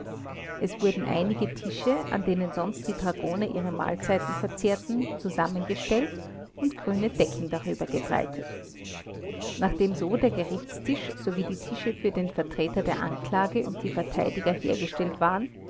es wurden einige tische an denen sonst die dragoner ihre mahlzeiten verzehrten zusammengestellt und grüne decken darüber gebreitet nachdem so der gerichtstisch sowie die tische für den vertreter der anklage und die verteidiger hergestellt waren